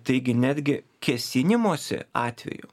taigi netgi kėsinimosi atveju